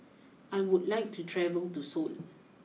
I would like to travel to Seoul